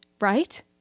Right